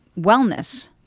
wellness